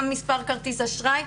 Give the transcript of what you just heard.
גם מספר כרטיס אשראי.